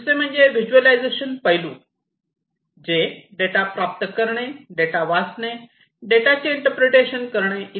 दुसरे म्हणजे व्हिज्युअलायझेशन पैलू जे डेटा प्राप्त करणे डेटा वाचणे डेटाचे इंटरप्रेटेशन करणे इ